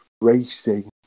racing